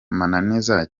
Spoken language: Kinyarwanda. mananiza